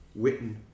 Witten